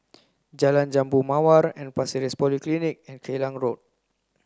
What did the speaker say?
Jalan Jambu Mawar and Pasir Ris Polyclinic and Klang Road